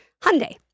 Hyundai